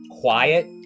quiet